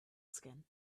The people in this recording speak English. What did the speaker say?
skin